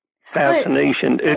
Fascination